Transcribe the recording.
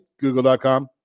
google.com